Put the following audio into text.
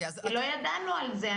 כי לא ידענו על זה.